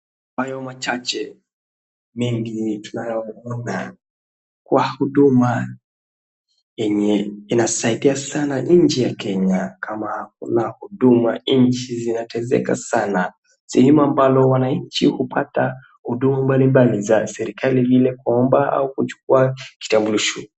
Kwa hayo machache, mengi tunayoona kwa huduma yenye inasaidia sana nchi ya Kenya. Kama hakuna huduma nchi zinateseka sana. Sehemu ambalo wananchi hupata huduma mbalimbali za serikali vile kuwaomba ama kuchukua kitambulisho.